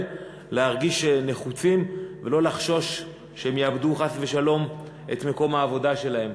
להרגיש נחוצים ולא לחשוש שהם יאבדו חס ושלום את מקום העבודה שלהם.